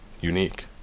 unique